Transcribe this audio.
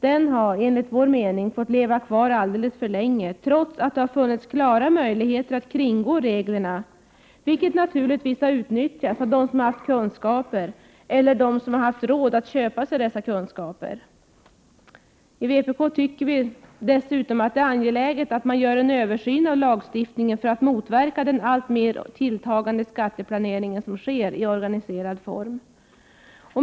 Den har enligt vår mening fått leva kvar alltför länge, trots att det funnits klara möjligheter att kringgå reglerna, vilket naturligtvis har utnyttjats av dem som har haft kunskaper, eller haft råd att köpa sig dessa kunskaper. Vi i vpk tycker också att det är angeläget att man gör en översyn av lagstiftningen för att motverka den alltmer tilltagande skatteplanering som sker i organiserad form.